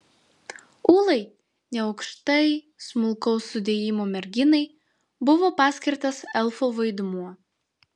ūlai neaukštai smulkaus sudėjimo merginai buvo paskirtas elfo vaidmuo